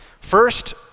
First